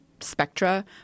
spectra